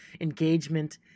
engagement